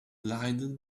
blinded